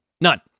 None